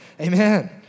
Amen